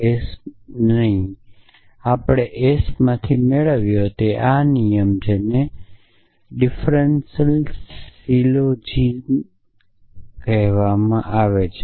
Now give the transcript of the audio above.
R અથવા Sમાંથી આપણે S મેળવ્યો તે આ નિયમ જેને ડિફરન્સલ સિલોજીઝમ કહે છે